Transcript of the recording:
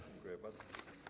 Dziękuję bardzo.